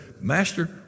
Master